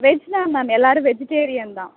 veg தான் ma'am எல்லோரும் vegetarian தான்